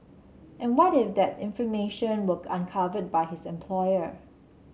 and what if that information were uncovered by his employer